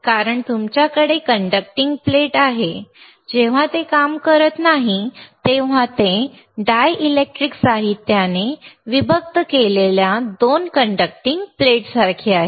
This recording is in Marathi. कारण तुमच्याकडे कंडक्टिंग प्लेट आहे जेव्हा ते काम करत नाही तेव्हा ते काही डायलेक्ट्रिक साहित्याने विभक्त केलेल्या 2 कंडक्टिंग प्लेट्ससारखे आहे